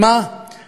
אין ספק